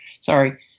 Sorry